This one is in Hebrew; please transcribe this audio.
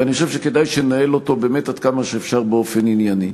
ואני חושב שכדאי שננהל אותו באמת עד כמה שאפשר באופן ענייני.